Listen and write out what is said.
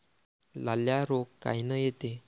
लाल्या रोग कायनं येते?